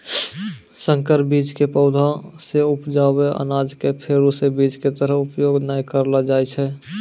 संकर बीज के पौधा सॅ उपजलो अनाज कॅ फेरू स बीज के तरह उपयोग नाय करलो जाय छै